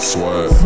Sweat